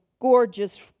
gorgeous